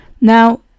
Now